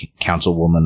councilwoman